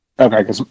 Okay